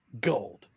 gold